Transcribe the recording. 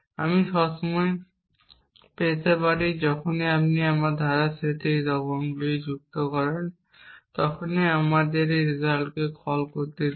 আমি সবসময় পেতে থাকি যখনই আপনি ধারার সেটে সেই দ্রবণকে যুক্ত করেন তখনই আমাদের এই রেজলেন্টকে কল করতে দিন